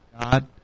God